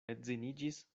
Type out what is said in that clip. edziniĝis